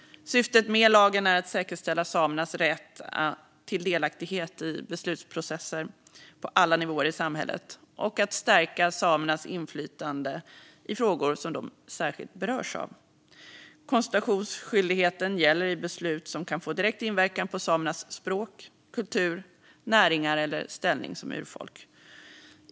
Syftet med lagen är att säkerställa samernas rätt till delaktighet i beslutsprocesser på alla nivåer i samhället och att stärka samernas inflytande i frågor som de särskilt berörs av. Konsultationsskyldigheten gäller i beslut som kan få direkt inverkan på samernas språk, kultur, näringar eller ställning som urfolk.